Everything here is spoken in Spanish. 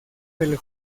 del